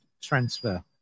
transfer